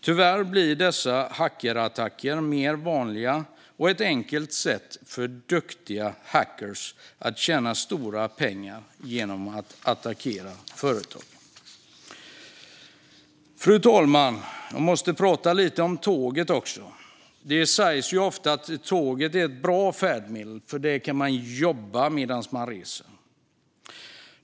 Tyvärr blir dessa hackerattacker mer vanliga. De är ett enkelt sätt för duktiga hackare att tjäna stora pengar genom att attackera företag. Fru talman! Jag måste tala lite om tåget också. Det sägs ofta att tåget är ett bra färdmedel eftersom man kan jobba medan man reser.